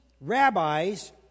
rabbis